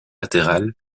latérales